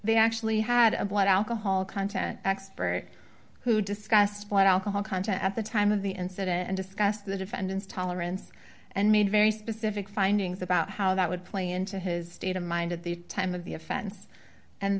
they actually had a blood alcohol content expert who discussed blood alcohol content at the time of the incident and discuss the defendant's tolerance and made very specific findings about how that would play into his state of mind at the time of the offense and